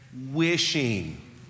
wishing